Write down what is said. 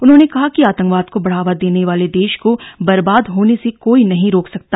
उन्होंने कहा कि आतंकवाद को बढ़ावा देने वाले देश को बर्बाद होने से कोई नहीं रोक सकता